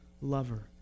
lover